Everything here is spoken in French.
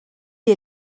est